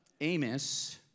Amos